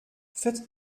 faites